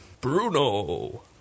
Bruno